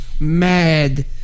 mad